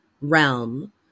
realm